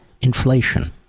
inflation